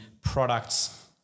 products